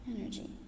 energy